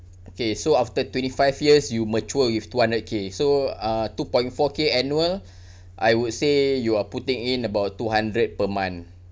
okay so after twenty five years you mature with two hundred K so uh two point four K annual I would say you are putting in about two hundred per month